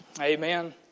amen